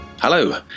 Hello